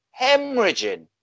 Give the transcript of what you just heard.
hemorrhaging